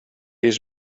his